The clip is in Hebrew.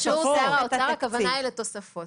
הכוונה היא רק לתוספות.